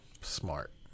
Smart